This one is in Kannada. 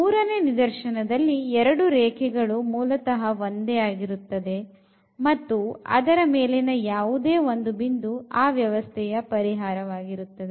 ಮೂರನೇ ನಿದರ್ಶನದಲ್ಲಿ ಎರಡು ರೇಖೆಗಳು ಮೂಲತಹ ಒಂದೇ ಆಗಿರುತ್ತದೆ ಮತ್ತು ಅದರ ಮೇಲಿನ ಯಾವುದೇ ಬಿಂದು ಅವ್ಯವಸ್ಥೆಯ ಪರಿಹಾರ ವಾಗಿರುತ್ತದೆ